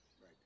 Right